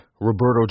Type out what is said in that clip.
Roberto